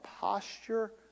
posture